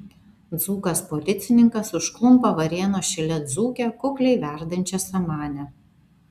dzūkas policininkas užklumpa varėnos šile dzūkę kukliai verdančią samanę